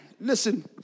listen